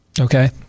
Okay